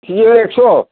केजिआव एकस'